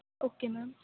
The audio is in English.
okay ma'am